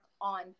on